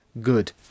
good